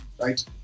right